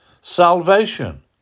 salvation